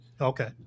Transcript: Okay